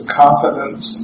confidence